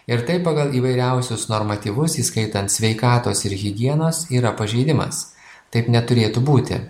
ir tai pagal įvairiausius normatyvus įskaitant sveikatos ir higienos yra pažeidimas taip neturėtų būti